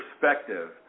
perspective